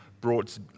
brought